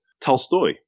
Tolstoy